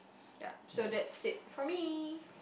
ya so that's it for me